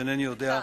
שאינני יודע,